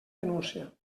denúncia